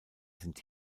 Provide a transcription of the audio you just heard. sind